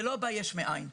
זה לא בא יש מאין,